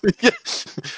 Yes